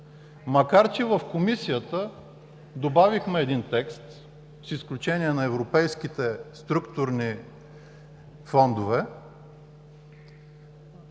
Макар че в Комисията добавихме един текст: „С изключение на европейските структурни фондове“,